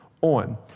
on